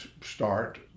start